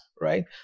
right